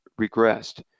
regressed